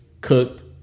cooked